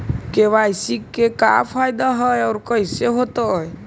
KYC से का फायदा है और कैसे होतै?